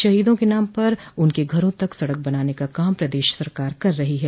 शहीदों के नाम पर उनके घरों तक सड़क बनाने का काम प्रदेश सरकार कर रही है